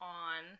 on